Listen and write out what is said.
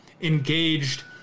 engaged